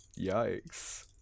Yikes